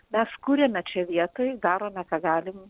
mes kuriame čia vietoj darome ką galim